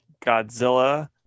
Godzilla